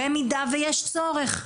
במידה ויש צורך,